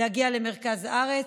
להגיע למרכז הארץ.